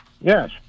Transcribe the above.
Yes